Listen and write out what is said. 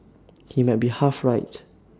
he might be half right